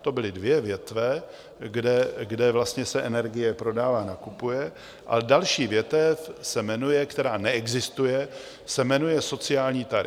To byly dvě větve, kde vlastně se energie prodává a nakupuje, a další větev se jmenuje která neexistuje se jmenuje sociální tarif.